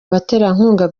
abaterankunga